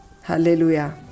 Hallelujah